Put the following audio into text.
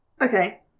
Okay